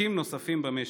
עסקים נוספים במשק.